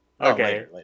Okay